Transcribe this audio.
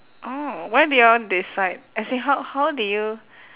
oh when did you all decide as in how how did you